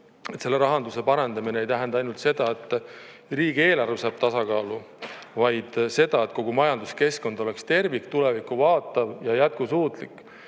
selle rahanduse parendamine ei tähenda ainult seda, et riigieelarve saab tasakaalu, vaid seda, et kogu majanduskeskkond oleks tervik, tulevikku vaatav ja jätkusuutlik.